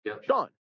Sean